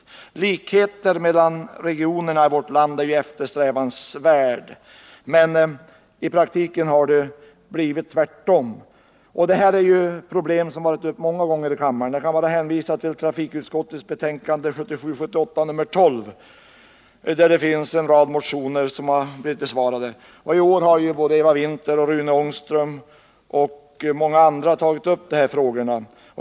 Jämlikhet mellan regionerna i vårt land är eftersträvansvärd, men i praktiken har ojämlikheten ökat. Det här är problem som har varit uppe många gånger i kammaren. Jag kan bara hänvisa till trafikutskottets betänkande 1977/78:12, där en rad motioner behandlades. Och i år har Eva Winther, Rune Ångström och många andra tagit upp de här frågorna.